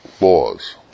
laws